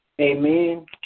Amen